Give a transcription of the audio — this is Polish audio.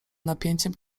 napięciem